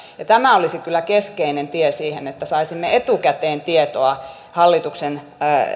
tämä olisi kyllä keskeinen tie siihen että saisimme etukäteen tietoa hallituksen